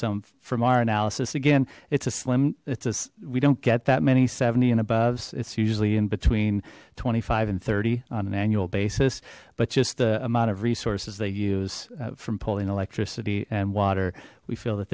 some from analysis again it's a slim it's as we don't get that many seventy and above it's usually in between twenty five and thirty on an annual basis but just the amount of resources they use from pulling electricity and water we feel that